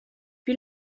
wie